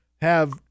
have-